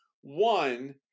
One